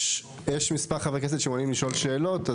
יש מספר חברי כנסת שמעוניינים לשאול שאלות,